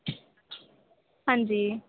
हांजी